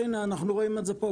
הנה, אנחנו רואים את זה פה.